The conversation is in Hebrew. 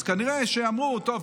אז כנראה אמרו: טוב,